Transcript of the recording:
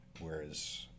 whereas